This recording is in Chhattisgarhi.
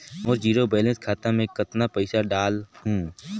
मोर जीरो बैलेंस खाता मे कतना पइसा डाल हूं?